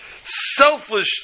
selfish